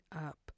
up